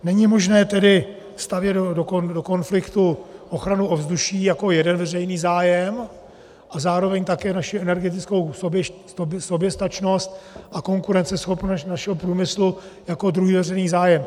Není možné tedy stavět do konfliktu ochranu ovzduší jako jeden veřejný zájem a zároveň také naši energetickou soběstačnost a konkurenceschopnost našeho průmyslu jako druhý veřejný zájem.